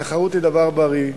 תחרות היא דבר בריא,